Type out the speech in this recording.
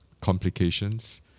complications